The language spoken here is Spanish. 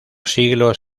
siglos